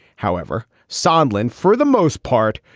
however, sandlin, for the most part,